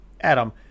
Adam